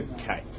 Okay